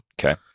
Okay